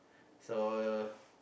so